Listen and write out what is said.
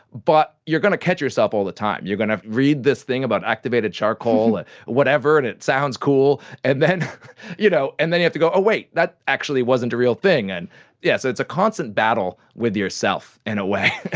but you're going to catch yourself all the time. you're going to read this thing about activated charcoal and whatever and it sounds cool, and then you know and have to go, await, that actually wasn't a real thing. and yeah so it's a constant battle with yourself, in and a way,